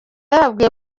yababwiye